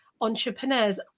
entrepreneurs